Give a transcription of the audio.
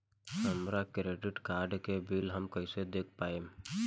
हमरा credit card के bill हम कइसे देख पाएम?